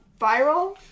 viral